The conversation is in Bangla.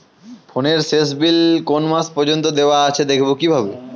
ফোনের শেষ বিল কোন মাস পর্যন্ত দেওয়া আছে দেখবো কিভাবে?